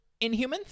Inhumans